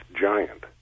giant